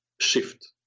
shift